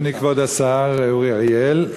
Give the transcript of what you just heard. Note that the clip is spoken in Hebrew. אדוני כבוד השר אורי אריאל,